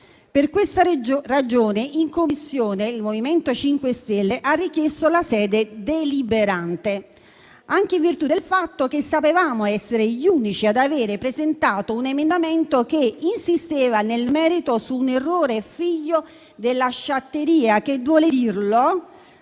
Per questa ragione, il MoVimento 5 Stelle ha richiesto in Commissione la sede deliberante, anche in virtù del fatto che sapevamo di essere gli unici ad aver presentato un emendamento che insisteva, nel merito, su un errore, figlio della sciatteria che, duole dirlo,